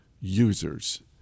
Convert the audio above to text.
users